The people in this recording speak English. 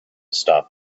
stop